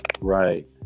right